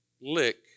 lick